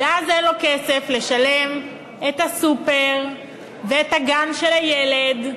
ואז אין לו כסף לשלם בסופר ולגן של הילד,